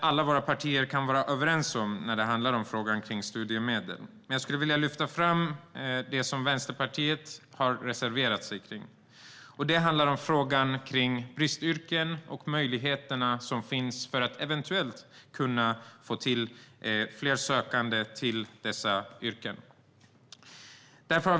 Alla partier är överens om mycket när det gäller frågan om studiemedel. Men jag skulle vilja lyfta fram det som Vänsterpartiet har reserverat sig emot. Det handlar om bristyrken och möjligheterna att eventuellt få fler sökande till dessa yrken.